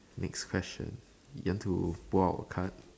next question you want to pull out a card